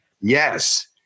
Yes